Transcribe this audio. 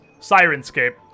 Sirenscape